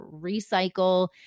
recycle